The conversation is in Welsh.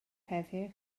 heddiw